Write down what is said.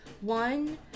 one